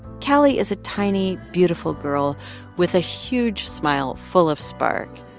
callie is a tiny, beautiful girl with a huge smile full of spark.